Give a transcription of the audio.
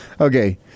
Okay